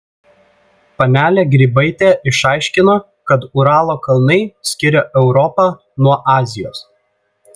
panelė grybaitė išaiškino kad uralo kalnai skiria europą nuo azijos